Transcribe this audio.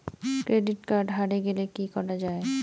Credit card হারে গেলে কি করা য়ায়?